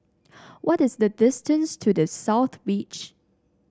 what is the distance to The South Beach